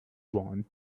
wand